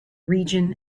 region